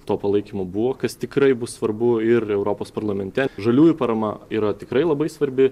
to palaikymo buvo kas tikrai bus svarbu ir europos parlamente žaliųjų parama yra tikrai labai svarbi